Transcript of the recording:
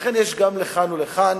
לכן, יש גם לכאן ולכאן.